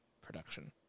production